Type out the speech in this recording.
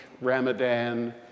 Ramadan